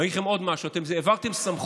ואני אגיד לכם עוד משהו, העברתם סמכות,